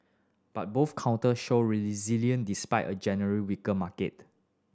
but both counters showed despite a general weaker market